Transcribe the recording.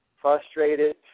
frustrated